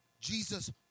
Jesus